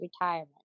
retirement